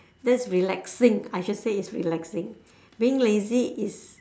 that's relaxing I should say it's relaxing being lazy is